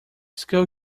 school